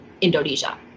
Indonesia